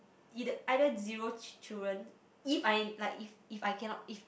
eith~ either zero children if I like if I cannot if